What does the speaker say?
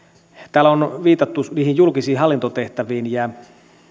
täällä on viitattu niihin julkisiin hallintotehtäviin ja